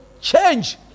change